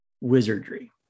wizardry